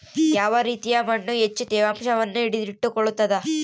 ಯಾವ ರೇತಿಯ ಮಣ್ಣು ಹೆಚ್ಚು ತೇವಾಂಶವನ್ನು ಹಿಡಿದಿಟ್ಟುಕೊಳ್ತದ?